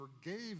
forgave